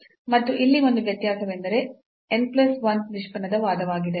ಮತ್ತು ಇಲ್ಲಿ ಒಂದೇ ವ್ಯತ್ಯಾಸವೆಂದರೆ n plus 1th ನಿಷ್ಪನ್ನದ ವಾದವಾಗಿದೆ